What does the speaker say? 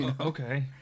okay